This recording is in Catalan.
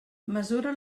mesura